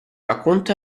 racconto